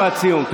משפט סיום.